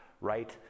right